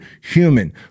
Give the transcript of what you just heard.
human